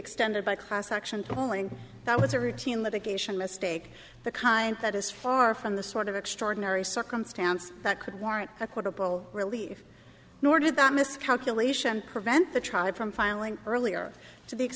extended by class action tolling that was a routine litigation mistake the kind that is far from the sort of extraordinary circumstance that could warrant equitable relief nor did that miscalculation prevent the tribe from filing earlier